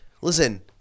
Listen